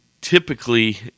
typically